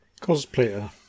Cosplayer